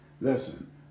Listen